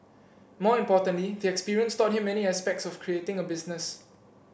more importantly the experience taught him many aspects of creating a business